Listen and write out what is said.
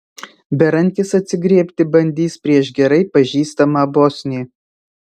berankis atsigriebti bandys prieš gerai pažįstamą bosnį